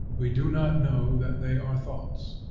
we do not know that they are thoughts.